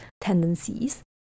tendencies